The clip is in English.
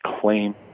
claim